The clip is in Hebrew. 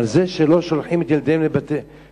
זה שהם לא שולחים את ילדיהם לבתי-ספר?